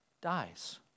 dies